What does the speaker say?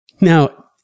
Now